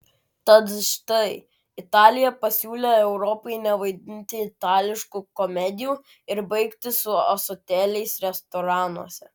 tad štai italija pasiūlė europai nevaidinti itališkų komedijų ir baigti su ąsotėliais restoranuose